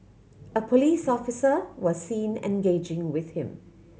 a police officer was seen engaging with him